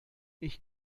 ich